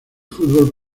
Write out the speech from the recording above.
fútbol